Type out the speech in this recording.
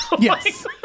yes